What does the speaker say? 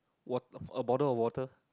wat~ a bottle of water